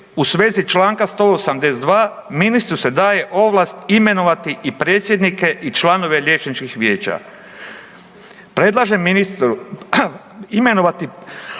u svezi članka 182. Ministru se daje ovlast imenovati i predsjednike i članove liječničkih vijeća. Predlažem ministru imenovati